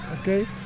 okay